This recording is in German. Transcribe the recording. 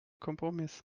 kompromiss